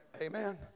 Amen